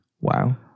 Wow